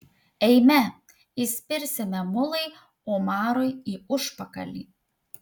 eime įspirsime mulai omarui į užpakalį